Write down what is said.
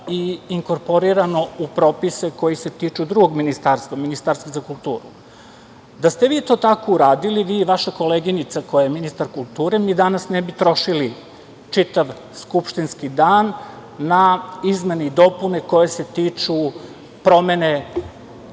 i inkorporirano u propise koji se tiču drugog ministarstva, Ministarstva za kulturu. Da ste vi to tako uradili, vi i vaša koleginica koja je ministar kulture, mi danas ne bi trošili čitav skupštinski dan na izmene i dopune koje se tiču promene